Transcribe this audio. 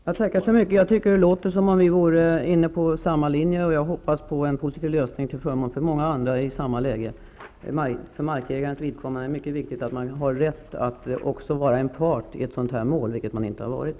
Herr talman! Jag tackar så mycket. Det låter som om vi vore inne på samma linje, och jag hoppas på en positiv lösning till förmån för många andra i samma läge. För markägarens vidkommande är det mycket viktigt att han har rätt att också vara en part i ett sådant här mål, vilket han inte har varit.